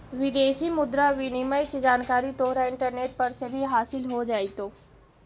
विदेशी मुद्रा विनिमय की जानकारी तोहरा इंटरनेट पर से भी हासील हो जाइतो